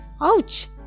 Ouch